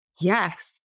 Yes